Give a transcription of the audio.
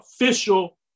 official